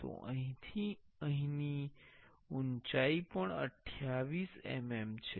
તો અહીંથી અહીંની ઉંચાઇ પણ 28 mm છે